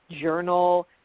journal